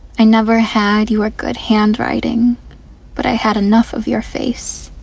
i never had your good handwriting but i had enough of your face